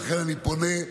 ולכן, אני פונה,